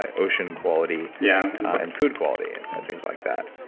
ah ocean quality yeah and food quality and things like that.